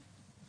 בבקשה,